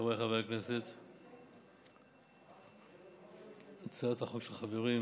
חבריי חברי הכנסת, הצעת החוק של החברים,